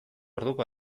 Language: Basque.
orduko